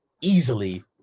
easily